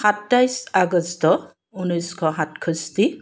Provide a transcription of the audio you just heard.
সাতাইছ আগষ্ট ঊনৈছশ সাতষষ্ঠি